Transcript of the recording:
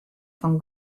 fan